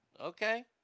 Okay